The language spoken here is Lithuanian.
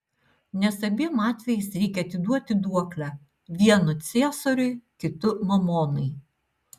nes abiem atvejais reikia atiduoti duoklę vienu ciesoriui kitu mamonai